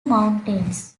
mountains